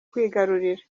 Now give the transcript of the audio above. kwigarurira